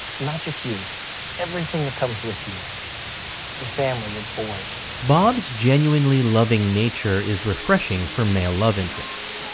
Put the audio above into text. not just you everything that comes with you your family, your boys bob's genuinely loving nature is refreshing for male love interests,